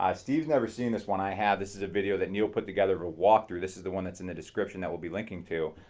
steve's never seen this one, i have. this is a video that neil put together a walkthrough. this is the one that's in the description that will be linking to.